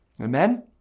Amen